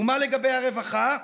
ומה לגבי הרווחה?